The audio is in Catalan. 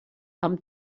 amb